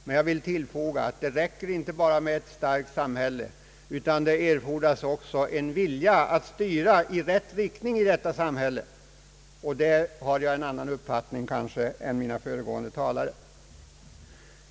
Men jag vill tillfoga att det inte räcker med bara ett starkt samhälle, utan att det erfordras också en vilja att styra i rätt riktning i detta samhälle, och på den punkten har jag en annan uppfattning än de föregående talarna.